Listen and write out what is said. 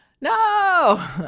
no